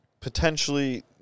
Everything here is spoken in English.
potentially